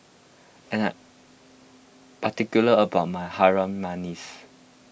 I am I'm particular about my Harum Manis